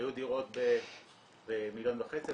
היו דירות במיליון וחצי,